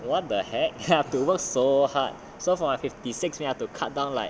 what the heck have to work so hard so from fifty six I have to cut down like